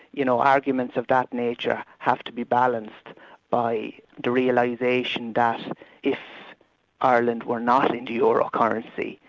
you know arguments of that nature have to be balanced by the realisation that if ireland were not in the euro currency,